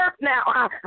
now